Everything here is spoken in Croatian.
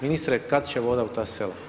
Ministre, kad će voda u ta sela?